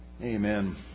Amen